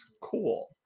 Cool